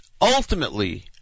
ultimately